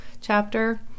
chapter